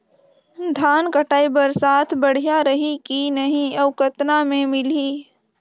धान कटाई बर साथ बढ़िया रही की नहीं अउ कतना मे मिलही?